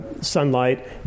sunlight